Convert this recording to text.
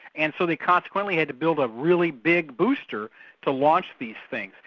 and so they consequently had to build a really big booster to launch these things.